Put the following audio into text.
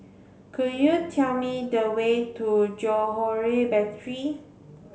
could you tell me the way to Johore Battery